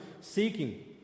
seeking